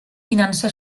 finança